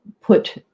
put